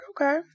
okay